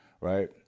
right